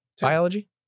biology